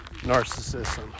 narcissism